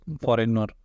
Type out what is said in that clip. foreigner